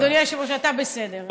אדוני היושב-ראש, אתה בסדר.